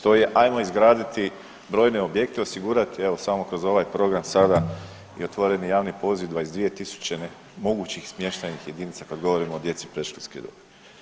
To je ajmo izgraditi brojne objekte i osigurati evo samo kroz ovaj program sada i otvoreni javni poziv 22.000 ne, mogućih smještajnih jedinica kad govorimo o djeci predškolske dobi.